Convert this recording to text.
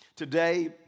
Today